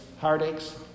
heartaches